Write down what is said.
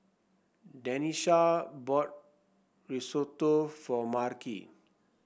Denisha bought Risotto for Marci